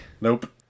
Nope